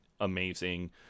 amazing